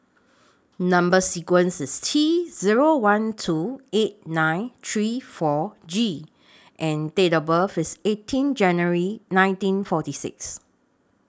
Number sequence IS T Zero one two eight nine three four G and Date of birth IS eighteen January nineteen forty six